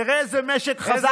תראה איזה משק חזק.